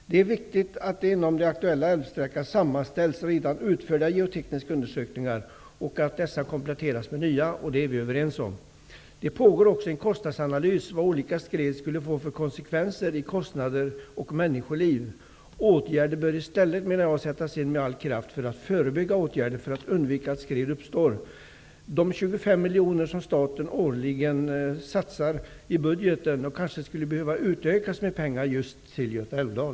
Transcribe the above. Det är viktigt att utförda geotekniska undersökningar inom den aktuella älvsträckan sammanställs och att dessa kompletteras med nya. Detta är vi överens om. Det pågår också en kostnadsanalys över vad olika skred skulle få för konsekvenser i kostnader och i människoliv. Åtgärder bör i stället, menar jag, med all kraft sättas in för att förebygga att skred uppstår. De 25 miljoner som staten årligen satsar i budgeten kanske skulle behöva utökas just för Göta Älvdal.